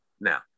Now